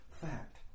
fact